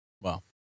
Wow